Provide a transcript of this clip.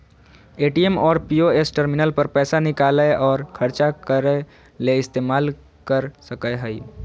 ATM और POS terminal पर पैसा निकालय और ख़र्चा करय ले इस्तेमाल कर सकय हइ